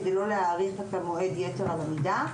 כדי לא להאריך את המועד יתר על המידה,